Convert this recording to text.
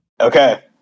okay